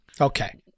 Okay